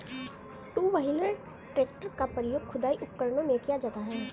to wheeler tractor का प्रयोग खुदाई उपकरणों में किया जाता हैं